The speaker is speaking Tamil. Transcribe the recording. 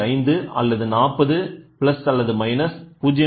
5 அல்லது 40 பிளஸ் அல்லது மைனஸ் 0